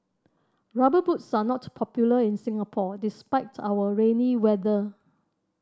Rubber Boots are not popular in Singapore despite our rainy weather